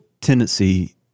tendency